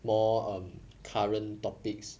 more um current topics